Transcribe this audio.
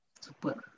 Super